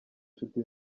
inshuti